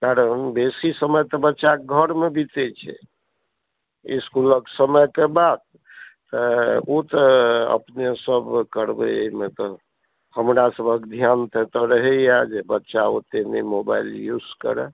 कारण बेसी समय तऽ बच्चाकऽ घरमऽ बितैत छै स्कूलक समयकऽ बाद तऽ ओ तऽ अपनेसभ करबय एहिमे तऽ हमरा सभक ध्यान तऽ एतय रहयए जे बच्चा ओतय नहि मोबाइल यूज करऽ